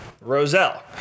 Roselle